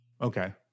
Okay